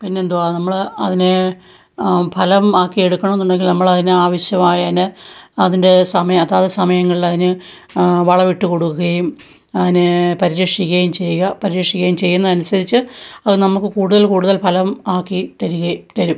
പിന്നെന്തുവാ നമ്മള് അതിനേ ഫലം ആക്കി എടുക്കണമെന്നുണ്ടെങ്കിൽ നമ്മളതിനെ ആവശ്യമായതിന് അതിൻ്റെ സമയം അതാത് സമയങ്ങളില് അതിന് വളമിട്ട് കൊടുക്കുകയും അതിനേ പരിരക്ഷിക്കുകയും ചെയ്യുക പരിരക്ഷിക്കുകയും ചെയ്യുന്നതനുസരിച്ച് അത് നമ്മള്ക്ക് കൂടുതൽ കൂടുതൽ ഫലം ആക്കി തരുകയും തരും